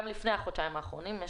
גם לפני החודשיים האחרונים.